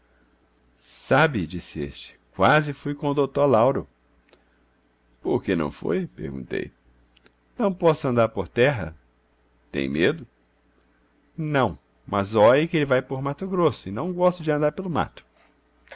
sabe disse este quase fui com o dotô lauro por que não foi perguntei não posso andá por terra tem medo não mas óie que ele vai por mato grosso e não gosto de andá pelo mato